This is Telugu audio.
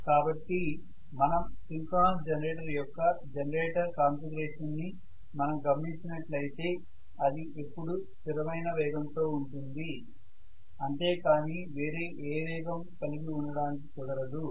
కాబట్టి మనం సింక్రోనస్ జనరేటర్ యొక్క జనరేటర్ కాన్ఫిగరేషన్ ని మనం గమనించినట్లు అయితే అది ఎప్పుడూ స్థిరమైన వేగంతో ఉంటుంది అంతే కానీ వేరే ఏ వేగం కలిగి ఉండడానికి కుదరదు